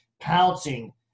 pouncing